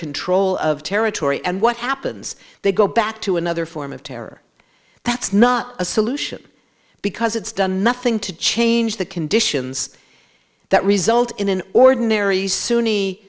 control of territory and what happens they go back to another form of terror that's not a solution because it's done nothing to change the conditions that result in an ordinary sunni